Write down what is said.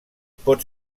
pot